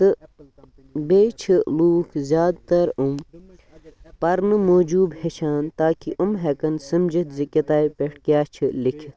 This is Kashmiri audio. تہٕ بیٚیہِ چھِ لوٗکھ زیادٕ تَر یِم پَرنہٕ موٗجوٗب ہیٚچھان تاکہِ یِم ہٮ۪کَن سمجِتھ زِ کِتابہِ پٮ۪ٹھ کیٛاہ چھِ لیٚکھِتھ